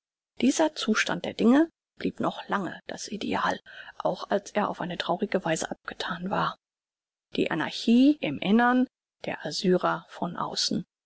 dieser zustand der dinge blieb noch lange das ideal auch als er auf eine traurige weise abgethan war die anarchie im innern der assyrer von außen